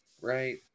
right